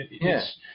Yes